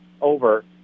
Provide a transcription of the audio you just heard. over